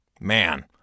Man